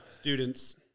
Students